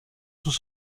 sous